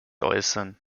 äußern